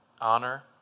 honor